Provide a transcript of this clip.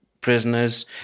prisoners